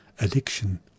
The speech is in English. addiction